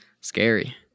scary